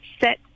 set